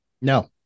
No